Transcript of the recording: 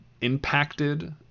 impacted